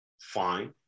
fine